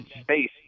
space